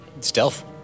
Stealth